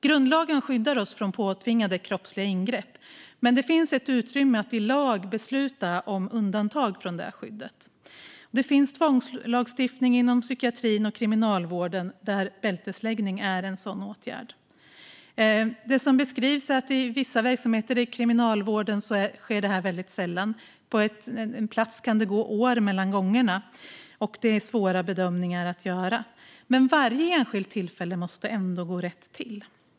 Grundlagen skyddar oss från påtvingade kroppsliga ingrepp, men det finns ett utrymme att i lag besluta om undantag från detta skydd. Det finns tvångslagstiftning inom psykiatrin och kriminalvården, och bältesläggning är en sådan åtgärd. Det som beskrivs är att i vissa verksamheter i kriminalvården sker detta väldigt sällan, och det kan gå år mellan gångerna. Det är svåra bedömningar att göra, men varje enskilt tillfälle måste ändå gå rätt till.